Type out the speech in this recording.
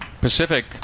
Pacific